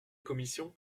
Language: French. commission